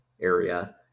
area